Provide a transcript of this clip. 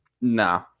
nah